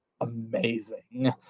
amazing